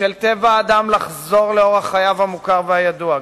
בשל טבע האדם לחזור לאורח חייו המוכר והידוע,